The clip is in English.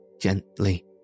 gently